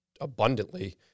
abundantly